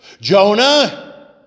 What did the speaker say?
Jonah